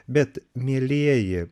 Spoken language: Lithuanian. bet mielieji